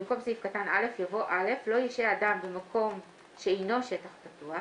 במקום סעיף קטן (א) יבוא: "(א) לא ישהה אדם במקום שאינו שטח פתוח,